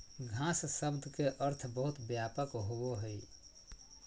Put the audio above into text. घास शब्द के अर्थ बहुत व्यापक होबो हइ